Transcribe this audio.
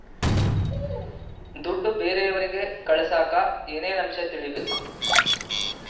ದುಡ್ಡು ಬೇರೆಯವರಿಗೆ ಕಳಸಾಕ ಏನೇನು ಅಂಶ ತಿಳಕಬೇಕು?